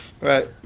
Right